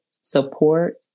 support